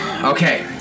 Okay